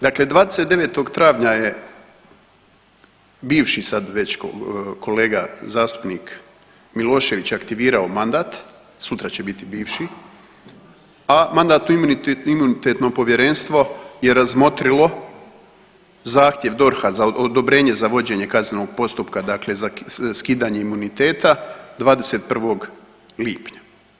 Dakle, 29. travnja je bivši sad već kolega zastupnik Milošević aktivirao mandat, sutra će biti bivši, a Mandatno-imunitetno povjerenstvo je razmotrilo zahtjev DORH-a za, odobrenje za vođenje kaznenog postupka dakle skidanje imuniteta 21. lipnja.